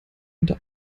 unter